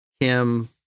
Kim